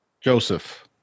Joseph